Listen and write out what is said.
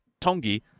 Tongi